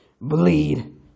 Bleed